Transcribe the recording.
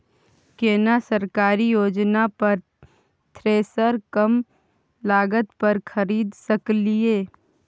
केना सरकारी योजना पर थ्रेसर कम लागत पर खरीद सकलिए?